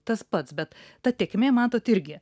tas pats bet ta tėkmė matot irgi